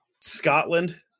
Scotland